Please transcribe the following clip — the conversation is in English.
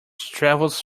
travels